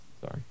Sorry